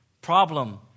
problem